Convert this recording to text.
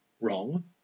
Wrong